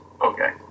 Okay